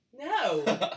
No